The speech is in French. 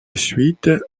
suite